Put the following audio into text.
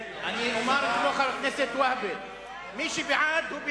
אני אומר כמו חבר הכנסת והבה: מי שבעד, הוא בעד,